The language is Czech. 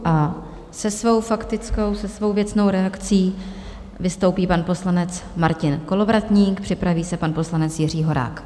A se svou faktickou, se svou věcnou reakcí vystoupí pan poslanec Martin Kolovratník, připraví se pan poslanec Jiří Horák.